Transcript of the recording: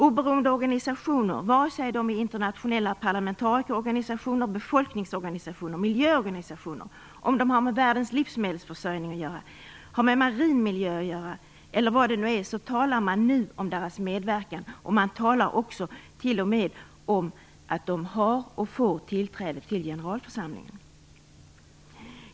Oberoende organisationer, vare sig de är internationella parlamentarikerorganisationer, befolkningsorganisationer, miljöorganisationer, om de har med världens livsmedelsförsörjning eller marin miljö att göra, så talar man nu om deras medverkan, och man talar t.o.m. om att de har och får tillträde till generalförsamlingen.